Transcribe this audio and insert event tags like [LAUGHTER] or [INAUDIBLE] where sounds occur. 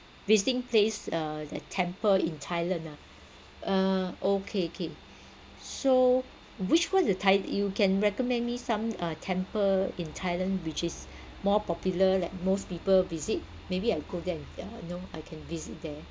visiting place uh that temple in thailand ah uh okay K [BREATH] so which one is the thai~ you can recommend me some uh temple in thailand which is [BREATH] more popular like most people visit maybe I go there and uh you know I can visit there